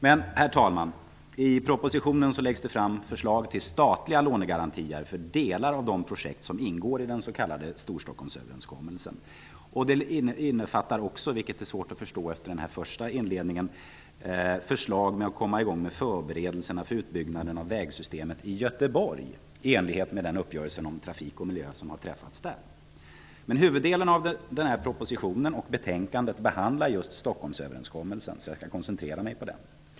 Herr talman! I propositionen läggs det fram förslag om statliga lånegarantier för delar av de projekt som ingår i den s.k. Storstockholmsöverenskommelsen. Propositionen innefattar också förslag om att komma i gång med förberedelserna för utbyggnaden av vägsystemet i Göteborg -- vilket kan vara svårt att förstå efter den första delen av inledningen -- i enlighet med den uppgörelse om trafik och miljö som har träffats där. Men huvuddelen av propositionen och betänkandet behandlar just Stockholmsöverenskommelsen, så jag koncentrerar mig på den.